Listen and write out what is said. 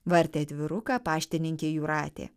vartė atviruką paštininkė jūratė